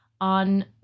on